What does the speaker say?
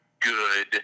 good